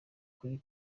ukuri